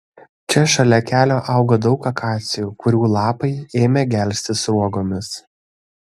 čia šalia kelio auga daug akacijų kurių lapai ėmė gelsti sruogomis